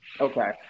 Okay